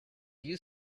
you